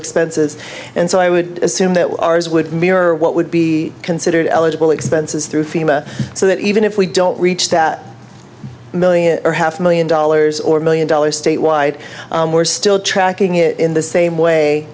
expenses and so i would assume that ours would mirror what would be considered eligible expenses through fema so that even if we don't reach that million or half million dollars or million dollars statewide we're still tracking it in the same way